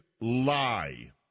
lie